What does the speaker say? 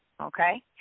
okay